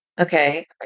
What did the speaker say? Okay